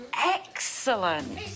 Excellent